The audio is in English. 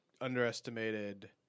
underestimated